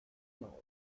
maroc